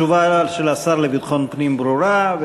התשובה של השר לביטחון פנים ברורה,